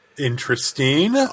Interesting